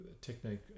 technique